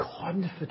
confident